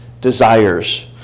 desires